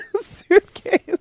suitcase